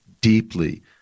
deeply